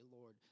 Lord